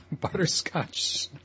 Butterscotch